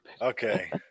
Okay